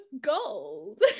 gold